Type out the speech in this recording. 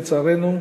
לצערנו,